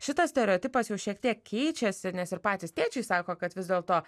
šitas stereotipas jau šiek tiek keičiasi nes ir patys tėčiui sako kad vis dėlto